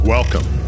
Welcome